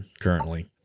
currently